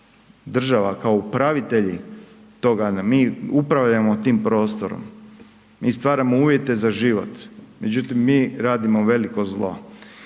država, kao upravitelji toga, mi upravljamo tim prostorom, mi stvaramo uvjete za život. Međutim, mi radimo veliko zlo.